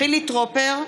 חילי טרופר,